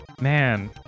Man